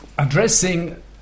addressing